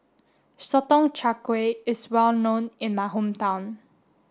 Sotong Char Kway is well known in my hometown